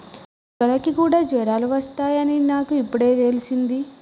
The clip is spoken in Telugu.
కుక్కలకి కూడా జ్వరాలు వస్తాయ్ అని నాకు ఇప్పుడే తెల్సింది